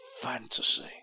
Fantasy